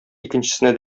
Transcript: икенчесенә